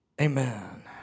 Amen